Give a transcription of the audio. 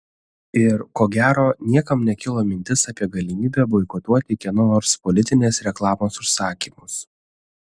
ir ko gero niekam nekilo mintis apie galimybę boikotuoti kieno nors politinės reklamos užsakymus